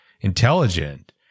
intelligent